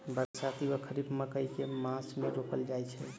बरसाती वा खरीफ मकई केँ मास मे रोपल जाय छैय?